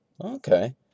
Okay